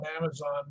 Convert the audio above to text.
Amazon